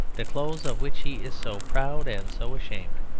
the clothes of which he is so proud and so ashamed.